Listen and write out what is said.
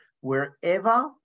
wherever